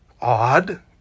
odd